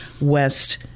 West